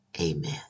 Amen